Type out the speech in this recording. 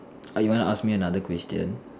err you wanna ask me another question